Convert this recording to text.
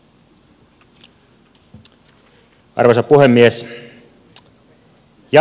arvoisa puhemies